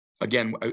again